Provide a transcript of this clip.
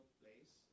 place